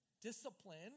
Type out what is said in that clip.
discipline